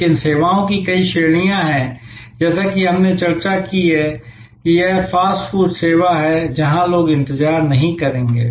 लेकिन सेवाओं की कई श्रेणियां हैं जैसा कि हमने चर्चा की है कि यह फास्ट फूड सेवा है जहां लोग इंतजार नहीं करेंगे